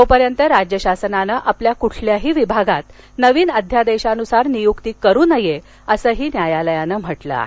तोपर्यंत राज्य शासनानं आपल्या कुठल्याही विभागात नवीन अध्यादेशानुसार नियुक्ती करू नये असं न्यायालयानं म्हटलं आहे